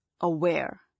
aware